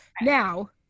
now